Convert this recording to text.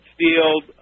field